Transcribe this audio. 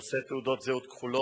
נושאי תעודות זהות כחולות,